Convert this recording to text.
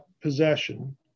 possession